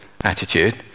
attitude